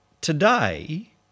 today